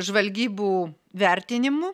žvalgybų vertinimu